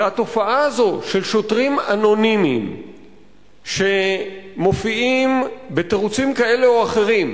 התופעה הזאת של שוטרים אנונימיים שמופיעים בתירוצים כאלה או אחרים,